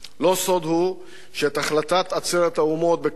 לא סוד הוא שאת החלטת עצרת האומות בכ"ט